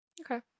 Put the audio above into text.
Okay